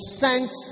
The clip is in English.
sent